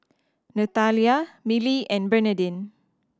Nathalia Milly and Bernadine